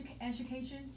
education